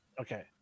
Okay